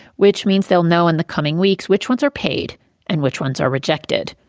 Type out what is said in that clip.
which means they'll know in the coming weeks which ones are paid and which ones are rejected.